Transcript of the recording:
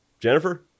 Jennifer